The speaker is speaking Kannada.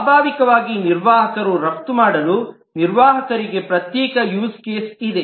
ಸ್ವಾಭಾವಿಕವಾಗಿ ನಿರ್ವಾಹಕರು ರಫ್ತು ಮಾಡಲು ನಿರ್ವಾಹಕರಿಗೆ ಪ್ರತ್ಯೇಕ ಯೂಸ್ ಕೇಸ್ ಇದೆ